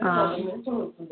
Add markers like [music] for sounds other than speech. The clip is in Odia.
[unintelligible]